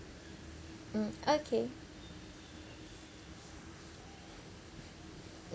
mm okay